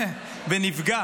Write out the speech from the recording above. ונפגע